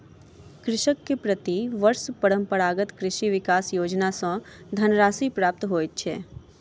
कृषक के प्रति वर्ष परंपरागत कृषि विकास योजना सॅ धनराशि प्राप्त होइत अछि